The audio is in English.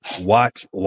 Watch